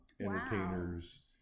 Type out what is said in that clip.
entertainers